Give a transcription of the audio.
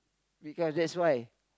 wake up that's why